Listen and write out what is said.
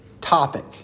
topic